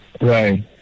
Right